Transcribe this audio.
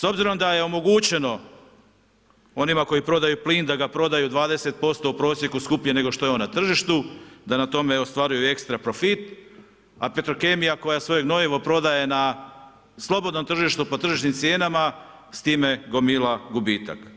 S obzirom da je omogućeno onima koji prodaju plin da ga prodaju 20% u prosjeku skuplje nego što je on na tržištu, da na tome ostvaruju ekstra profit, a petrokemija koje svoje gnojivo prodaje na slobodnom tržištu po tržišnim cijenama s time gomila gubitak.